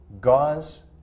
gauze